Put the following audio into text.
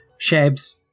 Shabs